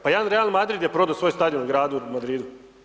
Pa jedan Real Madrid je prodao svoj stadion gradu Madridu.